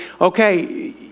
okay